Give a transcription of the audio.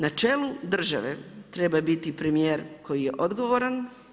Na čelu države treba biti premjer koji je odgovoran.